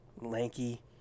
lanky